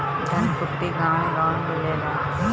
धनकुट्टी गांवे गांवे मिलेला